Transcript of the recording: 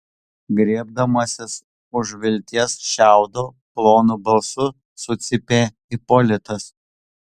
griebdamasis už vilties šiaudo plonu balsu sucypė ipolitas